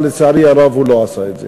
אבל לצערי הרב הוא לא עשה את זה.